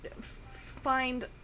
find